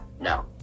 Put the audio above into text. no